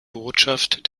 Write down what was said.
botschaft